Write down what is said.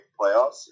playoffs